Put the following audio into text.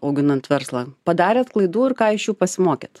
auginant verslą padarėt klaidų ir ką iš jų pasimokėt